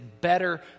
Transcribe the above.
better